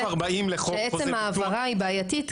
שעצם ההעברה היא בעייתית,